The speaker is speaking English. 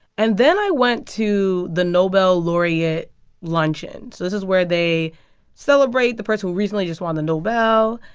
and then i went to the nobel laureate luncheon. so this is where they celebrate the person who recently just won the nobel.